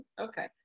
okay